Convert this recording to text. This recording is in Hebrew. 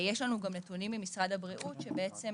יש לנו נתונים ממשרד הבריאות שבעצם